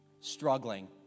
struggling